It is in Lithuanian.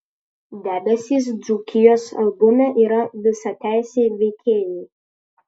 debesys dzūkijos albume yra visateisiai veikėjai